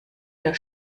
der